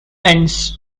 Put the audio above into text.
ends